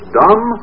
dumb